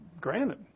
granted